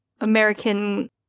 American